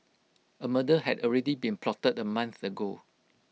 A murder had already been plotted A month ago